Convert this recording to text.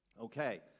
Okay